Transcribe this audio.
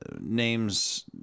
names